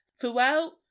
throughout